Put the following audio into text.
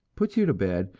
puts you to bed,